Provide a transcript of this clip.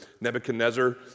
Nebuchadnezzar